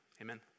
amen